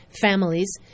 families